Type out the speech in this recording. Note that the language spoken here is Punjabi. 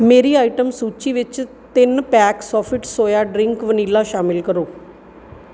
ਮੇਰੀ ਆਈਟਮ ਸੂਚੀ ਵਿੱਚ ਤਿੰਨ pack Sofit soya drink vanilla ਸ਼ਾਮਲ ਕਰੋ